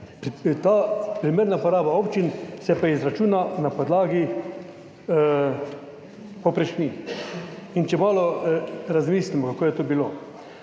Ta primerna poraba občin se pa izračuna na podlagi povprečnin. In če malo razmislimo, kako je to bilo.